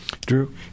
Drew